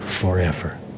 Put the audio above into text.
forever